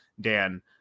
Dan